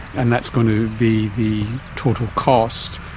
and that's going to be the total cost,